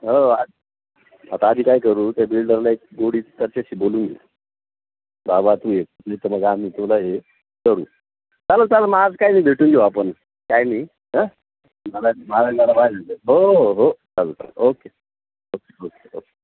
हो आ आता आधी काय करू त्या बिल्डरलाही गोडी त्याच्याशी बोलून बाबा तू ये नाही तर मग आम्ही तुला हे करू चालंल चालंल मग आज काय नाही भेटून घेऊ आपण काय नाही हं हो हो हो चालेल चालेल ओके ओके ओके ओ